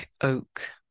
oak